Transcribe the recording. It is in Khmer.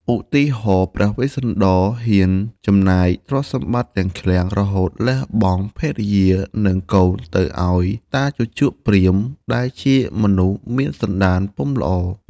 ឧទាហរណ៍ ព្រះវេស្សន្ដរហ៊ានចំណាយទ្រព្យសម្បត្តិទាំងឃ្លាំង រហូតលះបង់ភរិយា និងកូន ឱ្យទៅតាជូជកព្រាហ្មណ៍ ដែលជាមនុស្សមានសន្តានពុំល្អ។